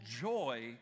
joy